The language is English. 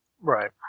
Right